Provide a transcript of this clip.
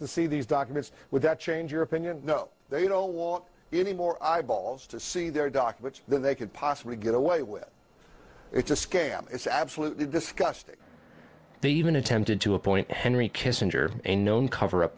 the see these documents would that change your opinion there you know walk any more eyeballs to see their documents that they could possibly get away with it's a scam it's absolutely disgusting they even attempted to appoint henry kissinger a known coverup